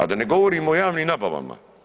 A da ne govorim o javnim nabavama.